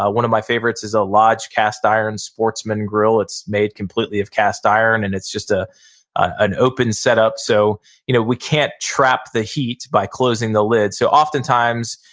ah one of my favorites is a large cast iron sportsman grill, it's made completely of cast iron and it's just ah an open set up, so you know we can't trap the heat by closing the lid. so oftentimes,